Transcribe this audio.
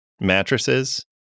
mattresses